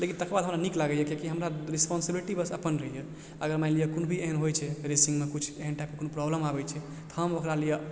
लेकिन तकरबाद हमरा नीक लागइए किएक कि हमरा रिस्पॉन्सिबिलिटी बस अपन रहइए अगर मानि लिअ कोनो भी एहन होइ छै रेसिंगमे किछु एहन टाइपके कोनो प्रॉब्लम आबय छै तऽ हम ओकरा लिये